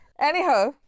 anyhow